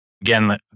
Again